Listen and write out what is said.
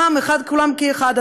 כולם כאחד,